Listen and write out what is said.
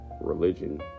religion